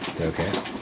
Okay